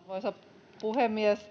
Arvoisa puhemies!